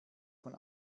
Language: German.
von